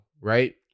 right